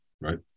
Right